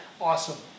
Awesome